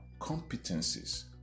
competencies